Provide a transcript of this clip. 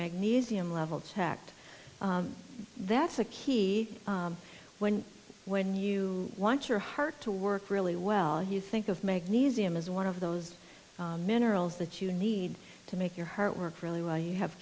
magnesium level checked that's the key when when you want your heart to work really well you think of magnesium as one of those minerals that you need to make your heart work really well you have